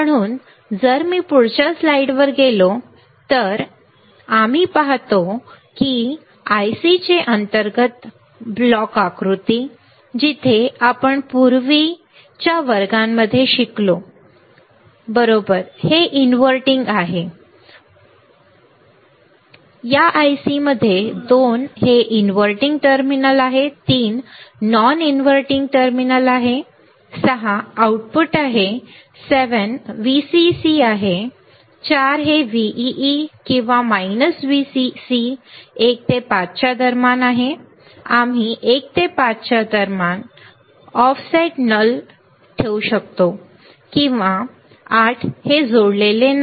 म्हणून जर मी पुढच्या स्लाइडवर गेलो तर जे आम्ही पाहतो ते आपण IC चे अंतर्गत ब्लॉक आकृती पाहू शकतो जसे की आपण आपल्या पूर्वीच्या वर्गांमध्ये शिकलो बरोबर 2 हे इनव्हर्टिंग आहे 3 नॉन इनव्हर्टिंग आहे 6 आउटपुट आहे 7 VCC आहे 4 हे Vee किंवा Vcc 1 ते 5 दरम्यान आहे आम्ही 1 आणि 5 दरम्यान ऑफ सेट नल शून्य ठेवू शकतो आणि 8 हे जोडलेले नाही